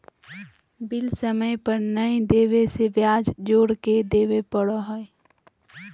bill समय पर नयय देबे से ब्याज जोर के देबे पड़ो हइ